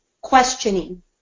questioning